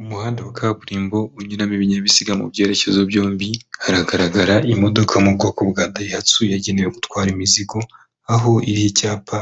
Umuhanda wa kaburimbo unyuramo ibinyabiziga mu byerekezo byombi, haragaragara imodoka mu bwoko bwa dayihatsu yagenewe gutwara imizigo aho iriho icyapa